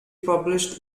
published